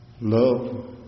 Love